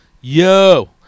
Yo